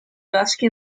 baschi